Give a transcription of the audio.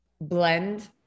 blend